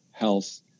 health